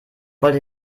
wollte